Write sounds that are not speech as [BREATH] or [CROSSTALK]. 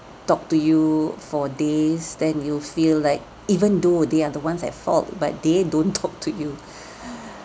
talk to you for days then you feel like even though they are the ones at fault but [LAUGHS] they don't talk to you [BREATH]